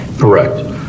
Correct